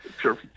Sure